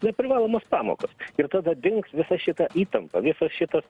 neprivalomas pamokas ir tada dings visa šita įtampa visos šitos